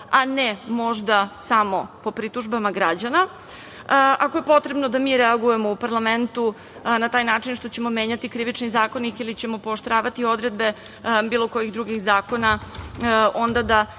a ne možda samo po pritužbama građana. Ako je potrebno da mi reagujemo u parlamentu, a na taj način što ćemo menjati Krivični zakonik ili ćemo pooštravati odredbe bilo kojih drugih zakona, onda da